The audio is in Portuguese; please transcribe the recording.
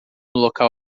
local